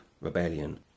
rebellion